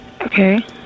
Okay